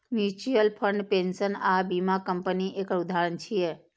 mutual fund, pension आ बीमा company एकर उदाहरण छियै